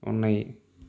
ఉన్నాయి